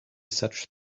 such